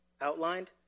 outlined